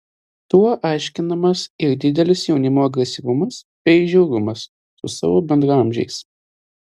tuo aiškinamas ir didelis jaunimo agresyvumas bei žiaurumas su savo bendraamžiais